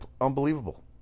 unbelievable